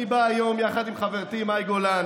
אני בא היום יחד עם חברתי מאי גולן